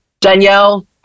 danielle